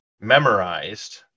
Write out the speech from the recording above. memorized